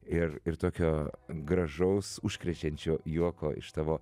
ir ir tokio gražaus užkrečiančio juoko iš tavo